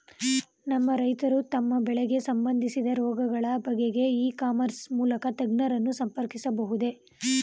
ನಮ್ಮ ರೈತರು ತಮ್ಮ ಬೆಳೆಗೆ ಸಂಬಂದಿಸಿದ ರೋಗಗಳ ಬಗೆಗೆ ಇ ಕಾಮರ್ಸ್ ಮೂಲಕ ತಜ್ಞರನ್ನು ಸಂಪರ್ಕಿಸಬಹುದೇ?